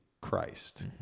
Christ